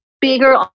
bigger